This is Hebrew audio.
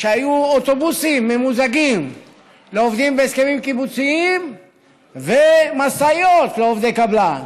שהיו אוטובוסים ממוזגים לעובדים בהסכמים קיבוציים ומשאיות לעובדי קבלן